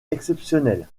exceptionnels